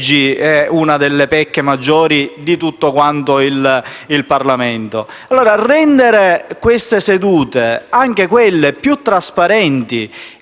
Grazie